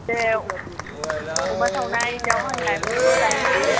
बेयाव अमा सावनाय दाव हांनाय बेफोरखौ जाहैसै